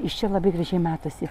iš čia labai gražiai matosi